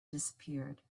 disappeared